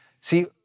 See